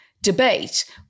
debate